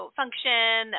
function